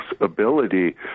ability